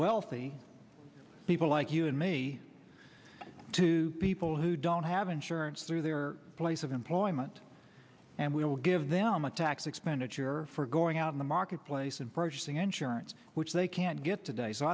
wealthy people like you and me to people who don't have insurance through their place of employment we will give them a tax expenditure for going out in the marketplace and purchasing insurance which they can't get today so